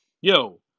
Yo